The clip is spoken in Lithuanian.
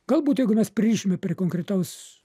galbūt jeigu mes pririšime prie konkretaus